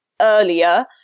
earlier